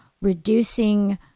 reducing